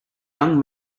young